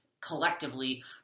collectively